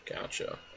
Gotcha